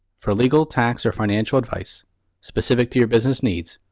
for legal, tax, or financial advice specific to your business needs,